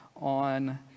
on